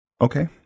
Okay